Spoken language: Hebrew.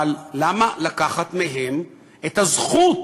אבל למה לקחת מהם את הזכות